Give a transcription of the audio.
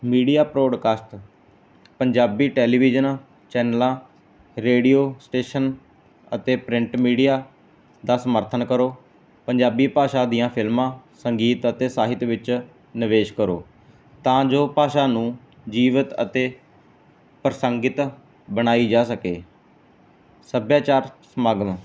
media podcast Punjabi ਟੈਲੀਵਿਜ਼ਨਾਂ ਚੈਨਲਾਂ radio station ਅਤੇ ਪ੍ਰਿੰਟ ਮੀਡੀਆ ਦਾ ਸਮਰਥਨ ਕਰੋ ਪੰਜਾਬੀ ਭਾਸ਼ਾ ਦੀਆਂ ਫਿਲਮਾਂ ਸੰਗੀਤ ਅਤੇ ਸਾਹਿਤ ਵਿੱਚ ਨਿਵੇਸ਼ ਕਰੋ ਤਾਂ ਜੋ ਭਾਸ਼ਾ ਨੂੰ ਜੀਵਤ ਅਤੇ ਪ੍ਰਸੰਗਿਤ ਬਣਾਈ ਜਾ ਸਕੇ ਸੱਭਿਆਚਾਰ ਸਮਾਗਮ